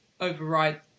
override